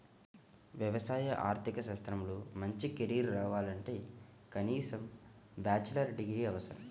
వ్యవసాయ ఆర్థిక శాస్త్రంలో మంచి కెరీర్ కావాలంటే కనీసం బ్యాచిలర్ డిగ్రీ అవసరం